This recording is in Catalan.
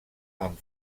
amb